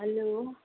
hello